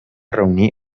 reunir